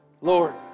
Lord